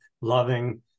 loving